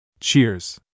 Cheers